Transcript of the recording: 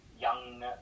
young